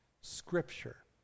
Scripture